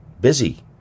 Busy